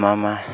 मा मा